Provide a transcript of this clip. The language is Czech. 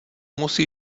musí